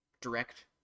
direct